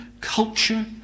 culture